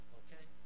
okay